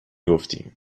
گفتی